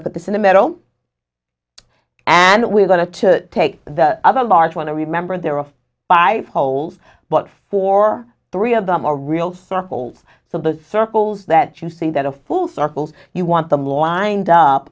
put this in the middle and we're going to take the other large when i remember there were five holes but for three of them a real circle so those circles that you see that a full circle you want them lined up